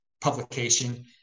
publication